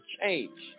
change